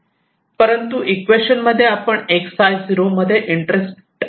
परंतु इक्वेशन मध्ये आपण xio मध्ये इंटरेस्ट आहे